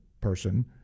person